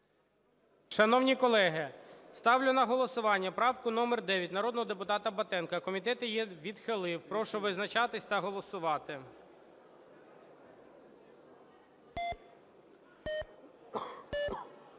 Шановні колеги, ставлю на голосування правку номер 9 народного депутата Батенка. Комітет її відхилив. Прошу визначатись та голосувати.